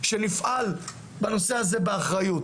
אנחנו צריכים לפעול בנושא הזה באחריות.